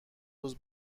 روز